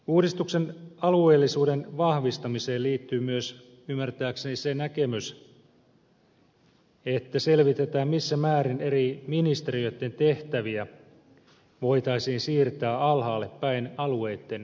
uudistuksen alueellisuuden vahvistamiseen liittyy ymmärtääkseni myös se näkemys että selvitetään missä määrin eri ministeriöitten tehtäviä voitaisiin siirtää alhaalle päin alueitten tehtäviksi